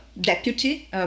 deputy